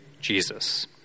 Jesus